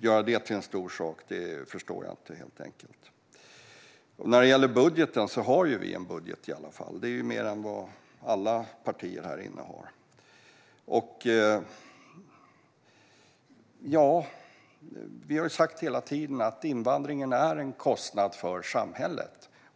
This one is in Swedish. gör det till en stor sak förstår jag inte. När det gäller budgeten har vi i alla fall en budget. Det är det inte alla partier här inne som har. Ja, vi har sagt hela tiden att invandringen är en kostnad för samhället.